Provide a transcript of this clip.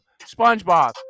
SpongeBob